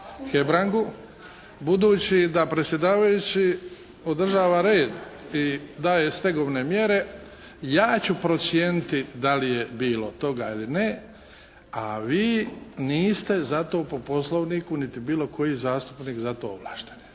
Hebrangu budući da predsjedavajući održava red i daje stegovne mjere, ja ću procijeniti da li je bilo toga ili ne. A vi niste zato po Poslovniku niti bilo koji zastupnik za to ovlašteni.